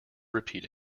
repeat